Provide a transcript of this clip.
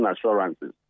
assurances